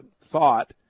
thought